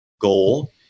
goal